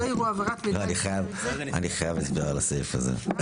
לא, אני חייב הסבר על הסעיף הזה.